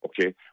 okay